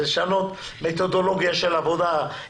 זה לשנות מתודולוגיה של עבודה.